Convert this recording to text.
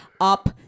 up